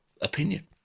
opinion